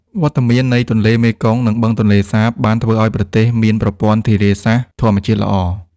វត្តមាននៃទន្លេមេគង្គ និងបឹងទន្លេសាបបានធ្វើឱ្យប្រទេសមានប្រព័ន្ធធារាសាស្ត្រធម្មជាតិល្អ។